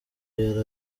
yari